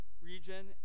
region